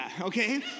okay